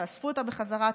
תאספו אותה בחזרה,